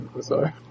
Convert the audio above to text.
sorry